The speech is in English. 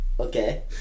Okay